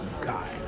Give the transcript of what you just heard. guy